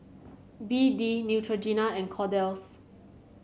B D Neutrogena and Kordel's